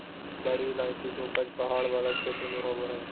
बड़ी इलायची के उपज पहाड़ वाला क्षेत्र में होबा हइ